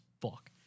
fuck